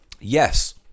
Yes